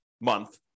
month